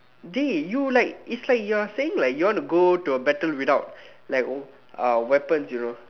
dey you like it's like you're saying like you want go to a battle without like uh weapons you know